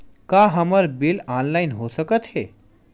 का हमर bill online हो सकत हे?